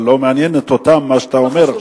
אבל לא מעניין אותם מה שאתה אומר עכשיו,